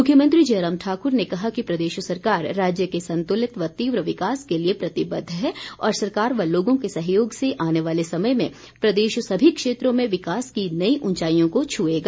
मुख्यमंत्री जयराम ठाकुर ने कहा कि प्रदेश सरकार राज्य के संतुलित व तीव्र विकास के लिए प्रतिबद्ध है और सरकार व लोगों के सहयोग से आने वाले समय में प्रदेश सभी क्षेत्रों में विकास की नई उंचाईयों को छुएगा